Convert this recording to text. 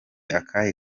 akahe